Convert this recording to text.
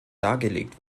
dargelegt